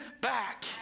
back